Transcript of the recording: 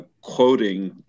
quoting